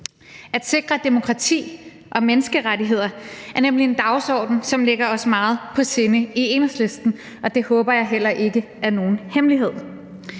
At sikre demokrati og menneskerettigheder er nemlig en dagsorden, som ligger os meget på sinde i Enhedslisten, og det håber jeg heller ikke er nogen hemmelighed.